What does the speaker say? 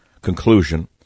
conclusion